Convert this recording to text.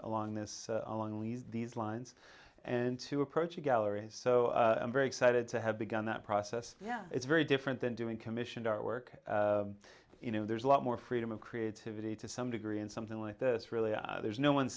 along this these lines and to approach a gallery so i'm very excited to have begun that process yeah it's very different than doing commissioned art work you know there's a lot more freedom of creativity to some degree in something like this really there's no one